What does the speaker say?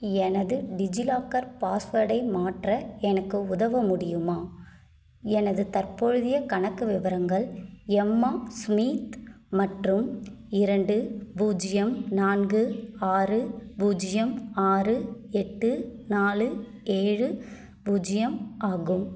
எனது டிஜிலாக்கர் பாஸ்வேடை மாற்ற எனக்கு உதவ முடியுமா எனது தற்பொழுதைய கணக்கு விவரங்கள் எம்மா ஸ்மித் மற்றும் இரண்டு பூஜ்ஜியம் நான்கு ஆறு பூஜ்ஜியம் ஆறு எட்டு நாலு ஏழு பூஜ்ஜியம் ஆகும்